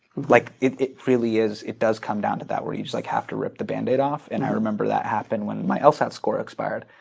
like it it really is it does come down to where you just like have to rip the bandage off. and i remember that happen when my lsat score expired.